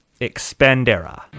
Expandera